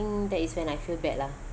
that is when I feel bad lah